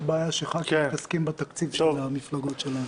זאת בעיה שחברי כנסת מתעסקים בתקציב של המפלגות שלהם.